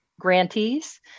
grantees